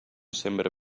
sembre